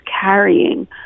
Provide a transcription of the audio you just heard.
carrying